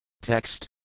Text